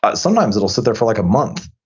but sometimes it will sit there for like a month.